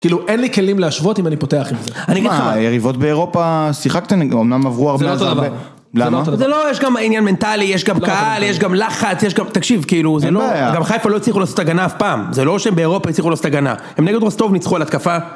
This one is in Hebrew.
כאילו, אין לי כלים להשוות אם אני פותח עם זה. מה, יריבות באירופה, שיחקתם, אמנם עברו מאז הרבה. זה לא אותו דבר. למה? זה לא, יש גם עניין מנטלי, יש גם קהל, יש גם לחץ, יש גם... תקשיב, כאילו, זה לא... אין בעיה. גם חיפה לא הצליחו לעשות הגנה אף פעם. זה לא שהם באירופה הצליחו לעשות הגנה. הם נגד רוסטוב ניצחו על התקפה...